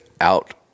out